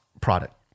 product